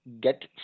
get